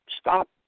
stop